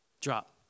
drop